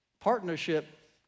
partnership